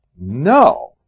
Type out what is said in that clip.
No